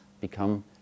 become